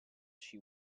she